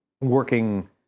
working